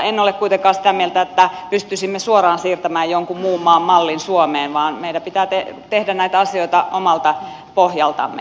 en ole kuitenkaan sitä mieltä että pystyisimme suoraan siirtämään jonkun muun maan mallin suomeen vaan meidän pitää tehdä näitä asioita omalta pohjaltamme